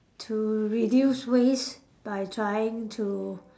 to reduce waste by trying to